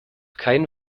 kein